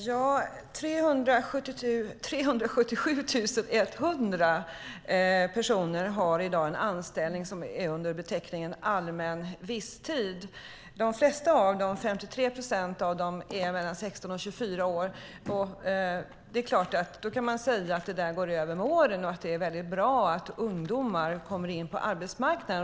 Herr talman! I dag har 377 100 personer en anställning med beteckningen allmän visstid. De flesta, 53 procent, är mellan 16 och 24 år. Man kan ju säga att det går över med åren och att det är bra att ungdomar kommer in på arbetsmarknaden.